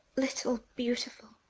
little beautiful!